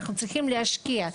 אנחנו צריכים להשקיע.